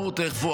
כולם.